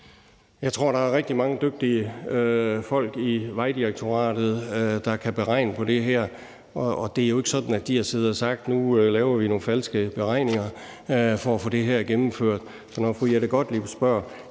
Jeg tror, at der er rigtig mange dygtige folk i Vejdirektoratet, der kan regne på det her, og det er jo ikke sådan, at de har siddet og sagt: Nu laver vi nogle falske beregninger for at få det her gennemført. Så når fru Jette Gottlieb spørger,